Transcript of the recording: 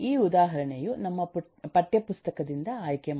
ಈ ಉದಾಹರಣೆಯು ನಮ್ಮ ಪಠ್ಯ ಪುಸ್ತಕದಿಂದ ಆಯ್ಕೆ ಮಾಡಲಾಗಿದೆ